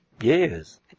Yes